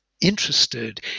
interested